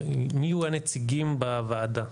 מי יהיו הנציגים בוועדה?